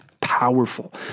powerful